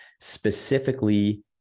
specifically